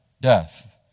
death